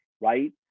right